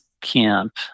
Camp